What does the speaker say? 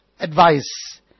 Advice